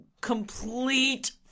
complete